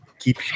keep